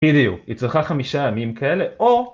בדיוק, היא צריכה חמישה ימים כאלה או